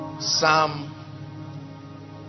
Psalm